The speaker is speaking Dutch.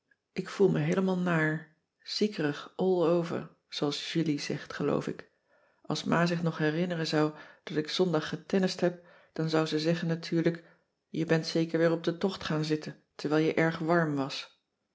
ik voel me heelemaal naar ziekerig all over zooals julie zegt geloof ik als ma zich nog herinneren zou dat ik zondag getennist heb dan zou ze zeggen natuurlijk je bent zeker weer op den tocht gaan zitten terwijl je erg warm was